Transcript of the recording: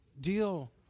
deal